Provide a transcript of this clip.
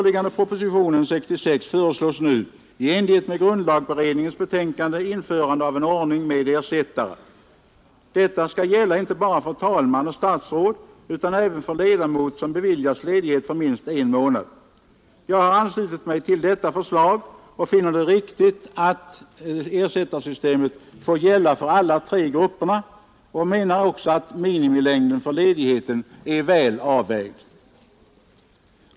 I propositionen 66 föreslås nu — i enlighet med grundlagberedningens betänkande — införande av en ordning med ersättare inte bara för talman och statsråd utan även för ledamot som beviljats ledighet för minst en månad. Jag har anslutit mig till detta förslag och finner det riktigt att ersättarsystemet får gälla för alla tre grupperna. Jag anser även att minimilängden på ledigheten är väl avvägd.